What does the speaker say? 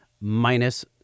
minus